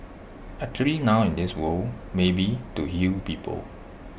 actually now in this world maybe to heal people